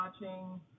Watching